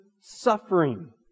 suffering